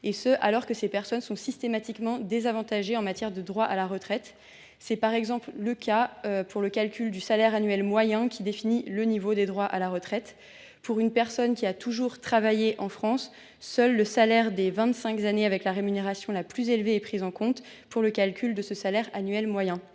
France, alors même que ces personnes sont systématiquement désavantagées en matière de droits à la retraite. C’est par exemple le cas pour le calcul du salaire annuel moyen, qui définit le niveau des droits à la retraite. Pour une personne qui a toujours travaillé en France, seul le salaire des vingt cinq dernières années avec la rémunération la plus élevée est pris en compte. Cela permet d’exclure les années avec